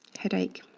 headache,